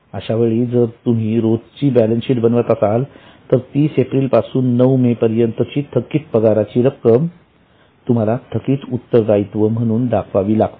अशावेळी जर तुम्ही रोजची बॅलेन्सशीट बनवत असाल तर ३० एप्रिल पासून ९ मे पर्यंत ची थकीत पगाराची रक्कम तुम्हाला थकित उत्तरदायित्व म्हणून दाखवावी लागेल